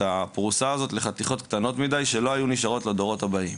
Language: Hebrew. הפרוסה הזאת לחתיכות קטנות מדי שלא היו נשארות לדורות הבאים.